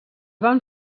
van